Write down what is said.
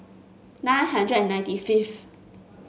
nine hundred and ninety fifth